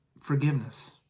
forgiveness